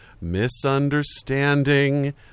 Misunderstanding